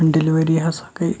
delivery ہَسا گٔے